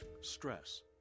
stress